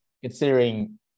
considering